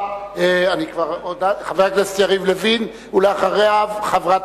חבר הכנסת יריב לוין, ואחריו, חברת